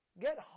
Get